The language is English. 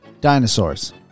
Dinosaurs